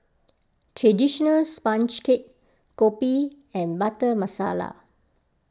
Traditional Sponge Cake Kopi and Butter Masala